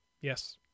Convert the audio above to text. Yes